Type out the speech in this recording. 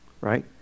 right